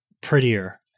prettier